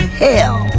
hell